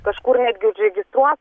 kažkur netgi užregistruos